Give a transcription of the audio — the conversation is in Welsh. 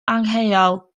angheuol